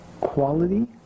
quality